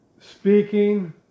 speaking